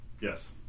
Yes